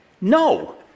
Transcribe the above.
No